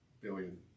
billion